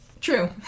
True